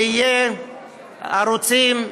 ויהיו ערוצים: